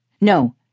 No